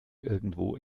irgendwo